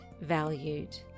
valued